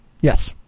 Yes